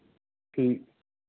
ਠੀਕ